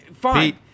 fine